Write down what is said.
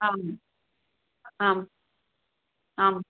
आम् आम् आम्